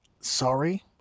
sorry